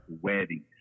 wedding